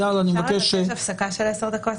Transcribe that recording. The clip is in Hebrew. אפשר לבקש הפסקה של 10 דקות?